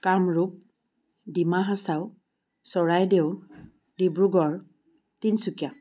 Kamrup Dima Hasao Charaideo Dibrugarh Tinsukia